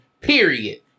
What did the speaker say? period